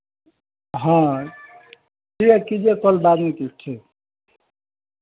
हाँ ठीक है कीजिए कॉल बाद में ठीक